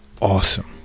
awesome